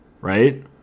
right